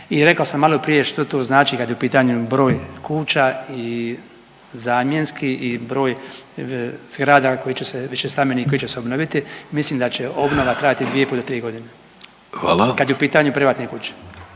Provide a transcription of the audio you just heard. I rekao sam maloprije što to znači kad je u pitanju broj kuća i zamjenski i broj zgrada koji će se, višestambenih koji će se obnoviti, mislim da će obnova trajati 2,5 do 3 godine. .../Upadica: Hvala./... Kad je u pitanju privatne kuće.